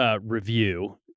review